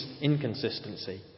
inconsistency